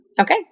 Okay